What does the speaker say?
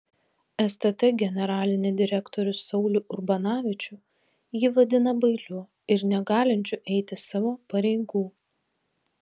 stt generalinį direktorių saulių urbanavičių ji vadina bailiu ir negalinčiu eiti savo pareigų